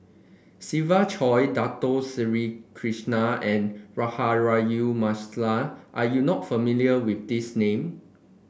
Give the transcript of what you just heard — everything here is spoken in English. Siva Choy Dato Sri Krishna and Rahayu Mahzam are you not familiar with these name